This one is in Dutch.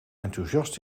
enthousiast